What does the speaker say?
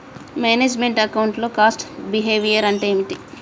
Manage meant account లో cost behaviour అంటే ఏమిటి?